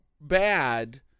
bad